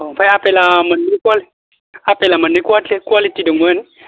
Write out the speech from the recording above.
औ ओमफ्राय आपेला मोननै कुवालिटिनि आपेला मोननै कुवालिटि दंमोन